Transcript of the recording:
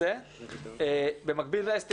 אסתי,